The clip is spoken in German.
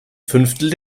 fünftel